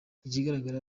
ikigaragara